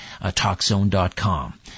TalkZone.com